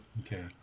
okay